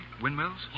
Windmills